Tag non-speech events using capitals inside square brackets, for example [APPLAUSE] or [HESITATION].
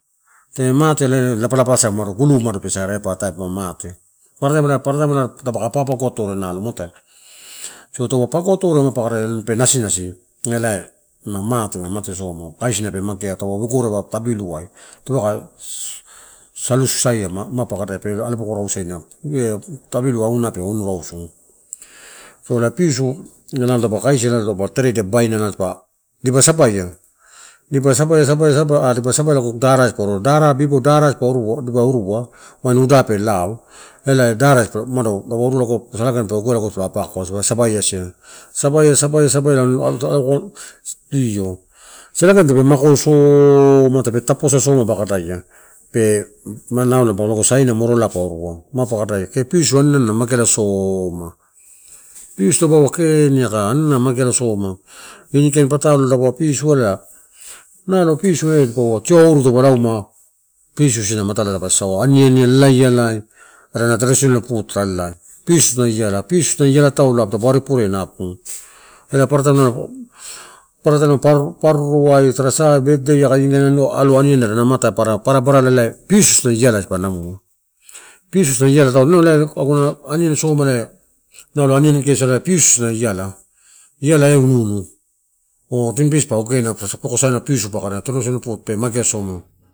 Te matele lapalapa siamela gulu mumane pa saraia, ela pa atai ma mate. Paparataim-paparataim tadupa ka pa papagoatoria nalo muatoi. So taupe pago atoria mapa kadai pe nasinasi nelai mate-mate soma. Kaisaina apuku pe magea are taupe ue goria tabiluai tape kai sas-salu saiama pe alo boko rouseina eh tabilu auna pe onurausu. So ela pisu nalo taupe kaisia nalo babaina taupe teredia dipa sabaia, dipa sabaia-sabaia-sabaia lago darai goro darai before darai goruo dipa irua wain lida tape lao ela dara otadapa irua ela saiagan dapa irua wain dappa apako, polo sa baiasia. Sabaia-sabaia-sabaia. [UNINTELLIGIBLE] Io salagun tape mako soma, tape taposa soma pakadaia pe manauia lago saina morolai poruo. Mapakadia kee pisu ani pe magea soma. Ppisu dapa kee ani aga mageala soma. Ini kain pataloai lago pisu ela, nalo pisu ela eh dipaua tio auru taupe lauma, pisu asana matala dapa sasaua, aniani ai lalaialai adana traditional food elai. Pisu ana iala taulo apu taupe ari purena apuku, ela paparataim nalo parruai tara sa birthday aka inialo alu aniani ada amauti, papara barala pisu isi na iola dipa naonuu. Pisu isi na iala taulo, inau aguna aniani soma ela aniani gesiai ela pisu isina iala. Iala eh unu unu [HESITATION] tin fish pa ogenu aka pa sakopososaina pa kada pisu pe magea somu.